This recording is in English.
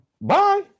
bye